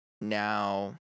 now